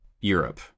Europe